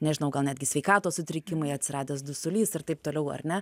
nežinau gal netgi sveikatos sutrikimai atsiradęs dusulys ir taip toliau ar ne